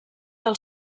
del